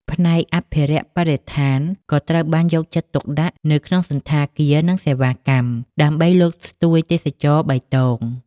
ផ្នែកអភិរក្សបរិស្ថាន ក៏ត្រូវបានយកចិត្តទុកដាក់នៅក្នុងសណ្ឋាគារ និងសេវាកម្ម ដើម្បីលើកស្ទួយទេសចរណ៍បៃតង។